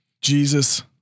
Jesus